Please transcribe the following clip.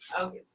Okay